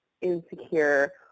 insecure